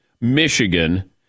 Michigan